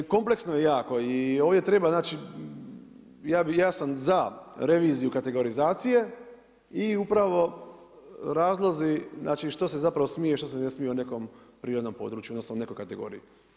Kompleksno je jako i ovdje treba znači, ja sam za reviziju kategorizacije i upravo znači razlozi znači što se zapravo smije, što se ne smije na nekom prirodnom području, odnosno nekoj kategoriji.